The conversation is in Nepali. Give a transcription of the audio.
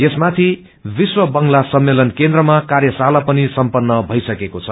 यसमाथि विश्व बंगला सम्मेलन केन्द्रमा कार्यशाला पनि सम्पन्न भईसकेको छ